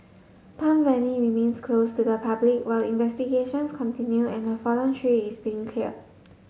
Palm Valley remains closed to the public while investigations continue and the fallen tree is being care